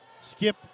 skip